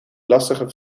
lastige